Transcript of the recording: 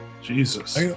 Jesus